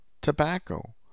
tobacco